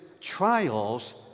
trials